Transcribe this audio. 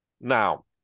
Now